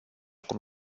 cum